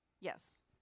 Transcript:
Yes